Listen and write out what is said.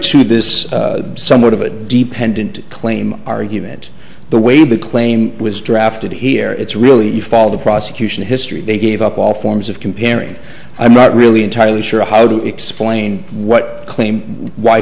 business somewhat of a deep pendant claim argument the way big claim was drafted here it's really a fall of the prosecution history they gave up all forms of comparing i'm not really entirely sure how to explain what claim why